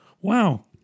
Wow